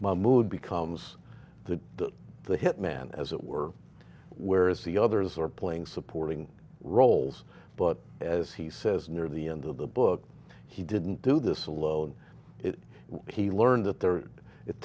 hmoud becomes the the hitman as it were whereas the others are playing supporting roles but as he says near the end of the book he didn't do this alone it he learned that there it